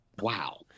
wow